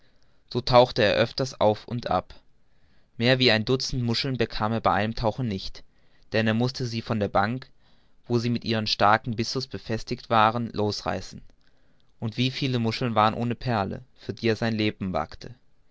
so tauchte er öfters auf und ab mehr wie ein dutzend muscheln bekam er bei einem tauchen nicht denn er mußte sie von der bank wo sie mit ihrem starken byssus befestigt waren losreißen und wie viele muscheln waren ohne perlen für die er sein leben wagte